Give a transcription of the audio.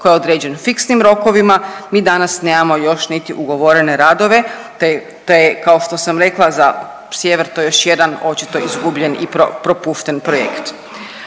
koji je određen fiksnim rokovima, mi danas nemamo još niti ugovorene radove te je kao što sam rekla za sjever to još jedan očito izgubljen i propušten projekt.